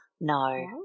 No